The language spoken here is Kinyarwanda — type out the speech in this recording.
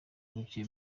bucye